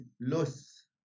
loss